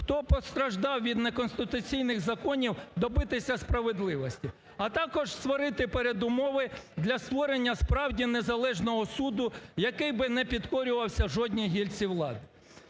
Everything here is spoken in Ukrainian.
хто постраждав від неконституційних законів, добитися справедливості, а також створити передумови для створення справді незалежного суду, який би не підкорювався жодній гілці влади.